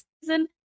season